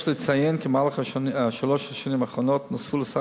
יש לציין כי במהלך שלוש השנים האחרונות נוספו לסל